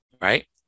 Right